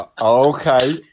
Okay